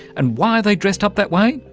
and why are they dressed up that way?